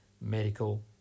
medical